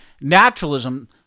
naturalism